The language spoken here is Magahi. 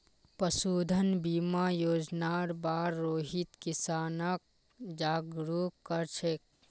पशुधन बीमा योजनार बार रोहित किसानक जागरूक कर छेक